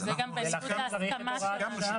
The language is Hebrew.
שזה גם בזכות ההסכמה שלנו.